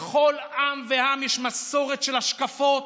לכל עם ועם יש מסורת של השקפות,